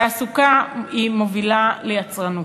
תעסוקה מובילה ליצרנות,